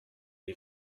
est